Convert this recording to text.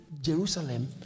Jerusalem